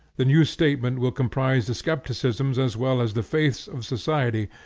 the new statement will comprise the skepticisms as well as the faiths of society,